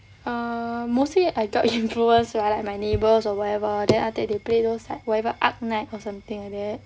err mostly I got influenced by like my neighbours or whatever then after that they play those like whatever ark knight